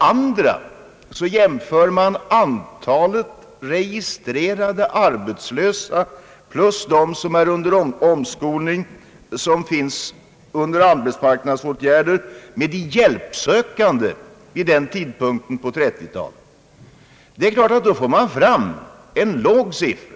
Vidare jämför man antalet registrerade arbetslösa plus de som är under omskolning och som är föremål för arbetsmarknadsåtgärder med de hjälpsökande på 1930-talet. Det är klart att man då får fram en låg siffra.